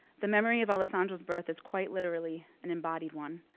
the memory of alessandro's birth is quite literally an embodied one,